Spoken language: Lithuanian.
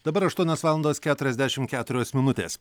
dabar aštuonios valandos keturiasdešim keturios minutės